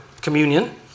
communion